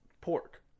pork